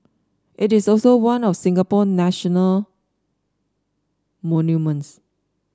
it is also one of Singapore national monuments